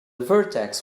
vertex